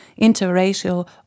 interracial